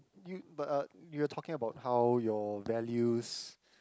you but uh you are talking about how your values